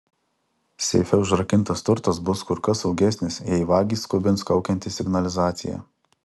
seife užrakintas turtas bus kur kas saugesnis jei vagį skubins kaukianti signalizacija